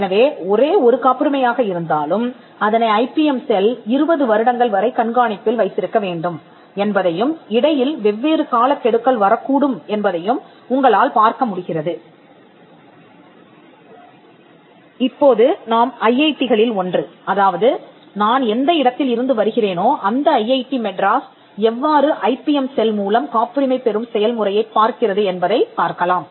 எனவே ஒரே ஒரு காப்புரிமையாக இருந்தாலும்அதனை ஐ பி எம் செல் 20 வருடங்கள் வரை கண்காணிப்பில் வைத்திருக்க வேண்டும் என்பதையும் இடையில் வெவ்வேறு காலக் கெடுக்கள் வரக்கூடும் என்பதையும் உங்களால் பார்க்க முடிகிறது இப்போது நாம் ஐஐடி களில் ஒன்று அதாவது நான் எந்த இடத்தில் இருந்து வருகிறேனோ அந்த ஐஐடி மெட்ராஸ் எவ்வாறு ஐபிஎம் செல் மூலம் காப்புரிமை பெறும் செயல்முறையைப் பார்க்கிறது என்பதைப் பார்க்கலாம்